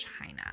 China